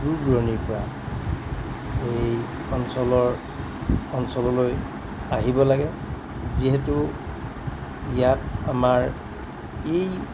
দূৰ দূৰণিৰ পৰা এই অঞ্চলৰ অঞ্চললৈ আহিব লাগে যিহেতু ইয়াত আমাৰ এই